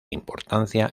importancia